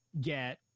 get